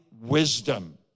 Wisdom